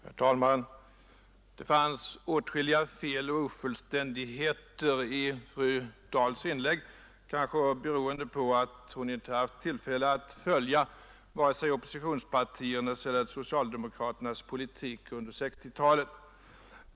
Herr talman! Det fanns åtskilliga fel och ofullständigheter i fru Dahls inlägg, kanske beroende på att hon inte har haft möjlighet att följa vare sig oppositionspartiernas eller socialdemokraternas politik under 1960 talet.